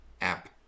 app